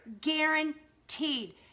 Guaranteed